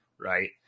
right